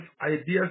ideas